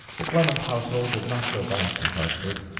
the clemens household did not go back to hartford.